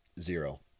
Zero